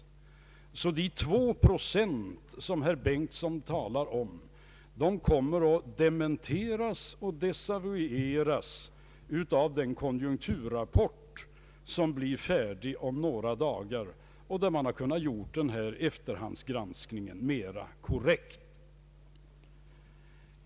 De två procent som herr Bengtson talade om kommer att dementeras och desavoueras av den konjunkturrapport som blir färdig om några dagar och i vilken man kunnat göra denna efterhandsgranskning mer korrekt.